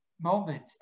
moment